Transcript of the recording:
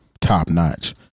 top-notch